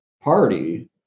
party